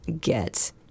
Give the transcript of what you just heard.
get